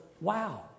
wow